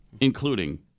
including